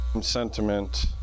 sentiment